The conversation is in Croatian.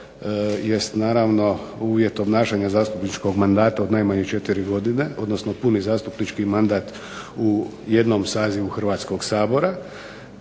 jest naravno uvjet obnašanja zastupničkog mandata od najmanje 4 godine, odnosno puni zastupnički mandat u jednom sazivu Hrvatskoga sabora.